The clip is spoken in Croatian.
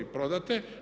Prodate.